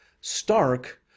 Stark